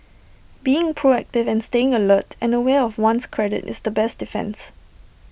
being proactive and staying alert and aware of one's credit is the best defence